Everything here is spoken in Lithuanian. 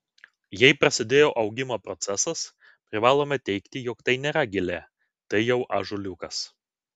jei prasidėjo augimo procesas privalome teigti jog tai nėra gilė tai jau ąžuoliukas